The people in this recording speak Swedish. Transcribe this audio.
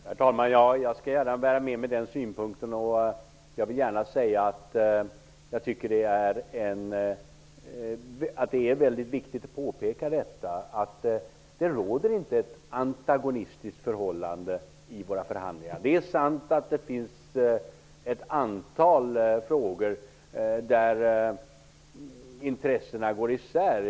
Herr talman! Jag skall gärna bära med mig den synpunkten. Det är viktigt att påpeka att det inte råder ett antagonistiskt förhållande vid våra förhandlingar. Det är sant att det finns ett antal frågor där intressena går isär.